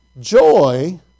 joy